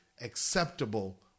acceptable